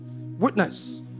witness